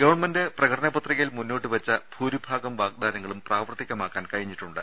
government പ്രകടനപത്രികയിൽ മുന്നോട്ട് വെച്ച ഭൂരിഭാ ഗം വാഗ്ദാനങ്ങളും പ്രാവർത്തികമാക്കാൻ കഴിഞ്ഞിട്ടുണ്ട്